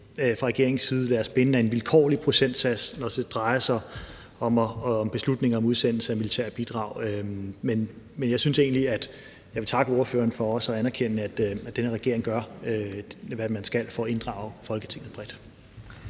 fra regeringens side lade os binde af en vilkårlig procentsats, når det drejer sig om beslutninger om udsendelse af militære bidrag. Men jeg synes egentlig, jeg vil takke ordføreren for også at anerkende, at denne regering gør, hvad man skal, for at inddrage Folketinget bredt.